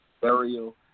burial